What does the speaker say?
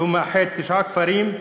שמאחד תשעה כפרים,